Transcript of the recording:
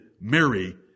Mary